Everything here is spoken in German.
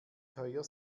teuer